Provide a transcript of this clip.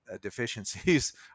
deficiencies